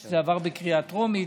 כשזה עבר בקריאה טרומית.